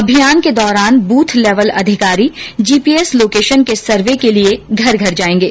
अभियान के दौरान बूथ लैवल अधिकारी जीपीएस लोकेशन के सर्वे के लिये घर घर जायेंगे